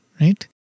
Right